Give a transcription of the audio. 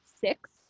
six